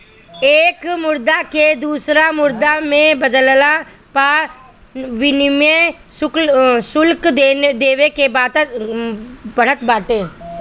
एक मुद्रा के दूसरा मुद्रा में बदलला पअ विनिमय शुल्क देवे के पड़त बाटे